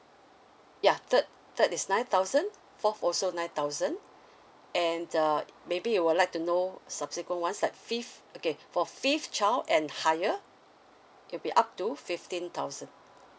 yeah third third is nine thousand fourth also nine thousand and uh maybe you would like to know subsequent ones like fifth okay for fifth child and higher it'll be up to fifteen thousand